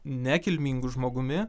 nekilmingu žmogumi